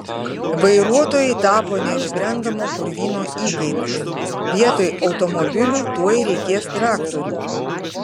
vairuotojai tapo neišbrendamo purvyno įkaitais vietoj automobilių tuoj reikės traktorių